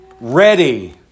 ready